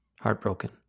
heartbroken